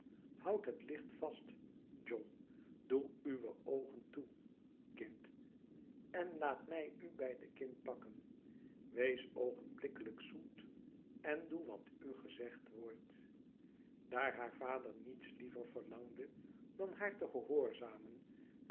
houd het licht vast john doeuweoogen toe kind en laat mij u bij de kin pakken wees oogenblikkelijk zoet en doe wat u gezegd wordt daar haar vader niets liever verlangde dan haar te gehoorzamen